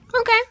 Okay